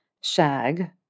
Shag